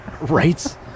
Right